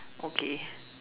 okay